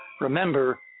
remember